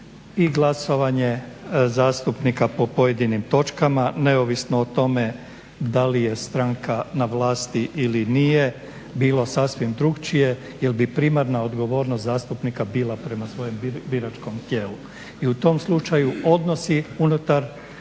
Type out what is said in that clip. i glasovanje zastupnika po pojedinim točkama neovisno o tome da li je stranka na vlasti ili nije bilo sasvim drukčije il' bi primarna odgovornost zastupnika bila prema svojem biračkom tijelu. I u tom slučaju odnosi i unutar